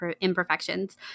imperfections